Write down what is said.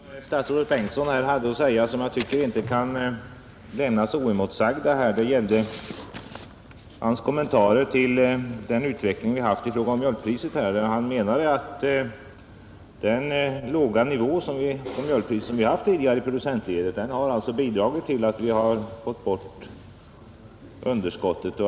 Herr talman! Statsrådet Bengtsson sade vissa saker som inte kan lämnas oemotsagda. Det gäller hans kommentarer till utvecklingen i fråga om mjölkpriset. Han menade att den låga nivå på mjölkpriset som vi tidigare haft i producentledet bidragit till att vi fått bort underskottet.